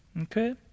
okay